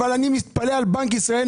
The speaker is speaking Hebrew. אבל אני מתפלא על בנק ישראל,